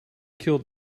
killed